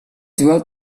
through